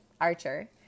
Archer